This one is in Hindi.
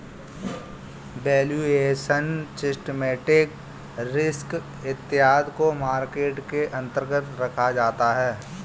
वैल्यूएशन, सिस्टमैटिक रिस्क इत्यादि को मार्केट के अंतर्गत रखा जाता है